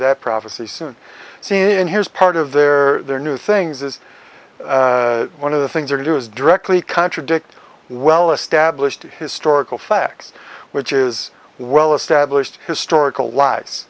that prophecy soon see and here's part of there are new things is one of the things are to do is directly contradict well established historical facts which is well established historical lies